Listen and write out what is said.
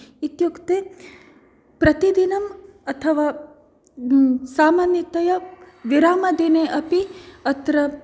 इत्युक्ते प्रतिदिनम् अथवा सामन्यतया विरामदिने अपि अत्र